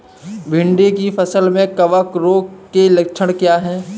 भिंडी की फसल में कवक रोग के लक्षण क्या है?